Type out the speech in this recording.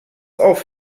auf